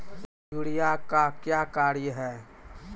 Urea का क्या कार्य हैं?